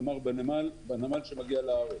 כלומר בנמל שמגיע לארץ.